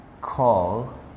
call